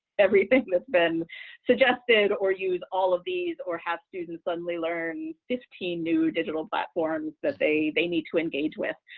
everything that's been suggested, or use all of these or have students suddenly learn fifteen new digital platforms that they they need to engage with.